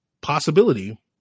possibility